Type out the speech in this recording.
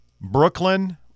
brooklyn